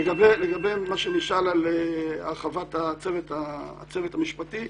לגבי מה שנשאלתי על הרחבת הצוות המשפטי,